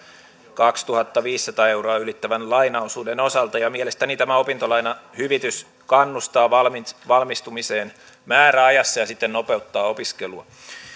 kaksituhattaviisisataa euroa ylittävän lainaosuuden osalta mielestäni tämä opintolainahyvitys kannustaa valmistumiseen määräajassa ja siten nopeuttaa opiskelua